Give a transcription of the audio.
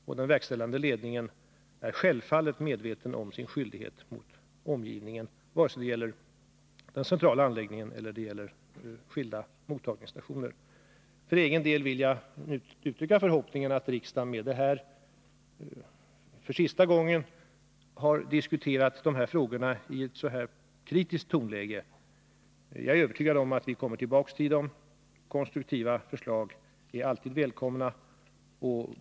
Och den verkställande ledningen är självfallet medveten om sin skyldighet mot omgivningen, vare sig det gäller den centrala anläggningen eller det gäller skilda mottagningsstationer. För egen del vill jag uttrycka förhoppningen att riksdagen med detta för sista gången har diskuterat de här frågorna i ett så kritiskt tonläge. Jag är övertygad om att vi kommer tillbaka till frågorna, och konstruktiva förslag är alltid välkomna.